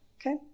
okay